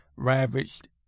ravaged